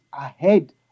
ahead